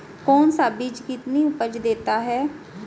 कौन सा बीज कितनी उपज देता है?